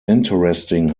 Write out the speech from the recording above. interesting